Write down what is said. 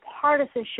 partisanship